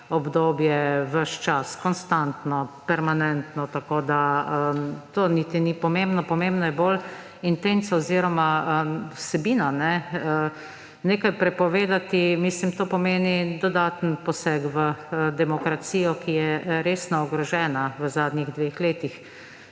obdobje, ves čas, konstantno, permanentno. Tako da to niti ni pomembno, pomembna je bolj intenca oziroma vsebina. Nekaj prepovedati, to pomeni dodaten poseg v demokracijo, ki je resno ogrožena v zadnjih dveh letih.